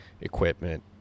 equipment